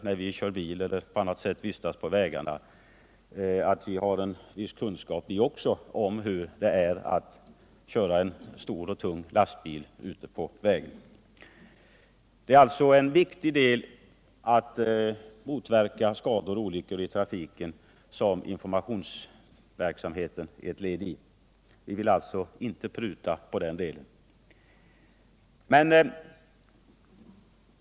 När vi kör bil eller vistas på annat sätt på vägarna bör vi ha vissa kunskaper om hur det är att köra en stor och tung lastbil. Informationsverksamheten utgör alltså en viktig del när det gäller att motverka skador och olyckor i trafiken. Vi vill inte pruta på den delen.